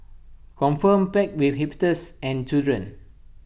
confirm packed with hipsters and children